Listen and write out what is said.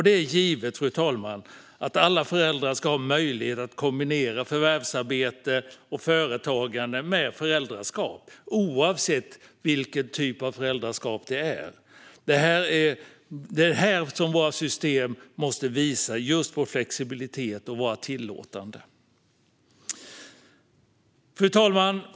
Det är givet, fru talman, att alla föräldrar ska ha möjlighet att kombinera förvärvsarbete och företagande med föräldraskap, oavsett vilken typ av föräldraskap det är. Det är här som våra system måste visa flexibilitet och vara tillåtande. Fru talman!